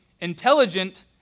intelligent